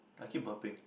I keep burping